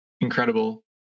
incredible